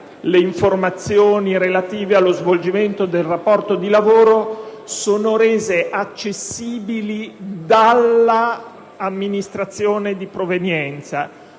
le informazioni relative allo svolgimento del rapporto di lavoro siano rese accessibili dall'amministrazione di appartenenza.